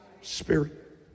spirit